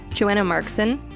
joanna markson,